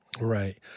Right